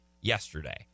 yesterday